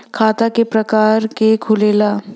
खाता क प्रकार के खुलेला?